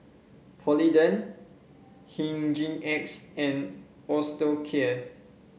Polident Hygin X and Osteocare